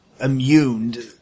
immune